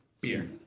beer